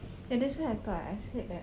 and that's why I thought I said that